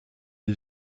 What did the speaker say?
des